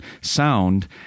sound